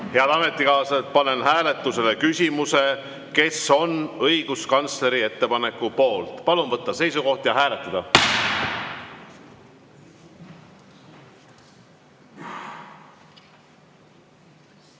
Head ametikaaslased, panen hääletusele küsimuse, kes on õiguskantsleri ettepaneku poolt. Palun võtta seisukoht ja hääletada!